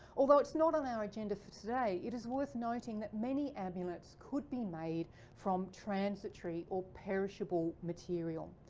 although it's not on our agenda for today, it is worth noting that many amulets could be made from transitory or perishable material.